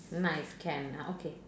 knife can ah okay